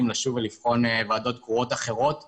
לשוב ולבחון ועדות קרואות אחרות שמונו,